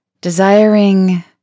Desiring